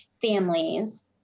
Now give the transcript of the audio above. families